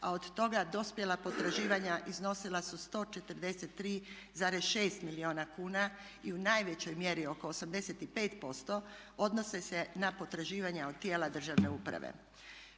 a od toga dospjela potraživanja iznosila su 143,6 milijuna kuna i u najvećoj mjeri oko 85% odnose se na potraživanja od tijela državne uprave.